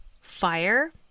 fire